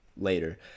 later